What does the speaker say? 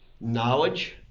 Knowledge